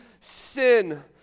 sin